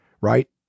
right